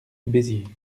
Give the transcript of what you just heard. béziers